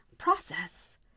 process